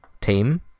team